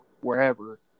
wherever